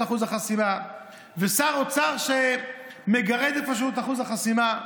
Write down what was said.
אחוז החסימה ושר אוצר שמגרד איפשהו את אחוז החסימה,